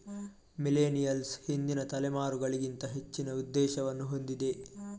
millennials ಹಿಂದಿನ ತಲೆಮಾರುಗಳಿಗಿಂತ ಹೆಚ್ಚಿನ ಉದ್ದೇಶವನ್ನು ಹೊಂದಿದೆ